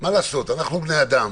אנחנו בני אדם.